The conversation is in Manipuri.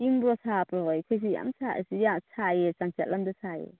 ꯏꯪꯕ꯭ꯔꯣ ꯁꯥꯕ꯭ꯔꯣ ꯑꯩꯈꯣꯏ ꯁꯤ ꯁꯥꯏꯌꯦ ꯆꯥꯡꯆꯠ ꯑꯃꯗ ꯁꯥꯏꯌꯦ